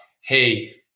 Hey